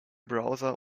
browser